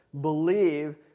believe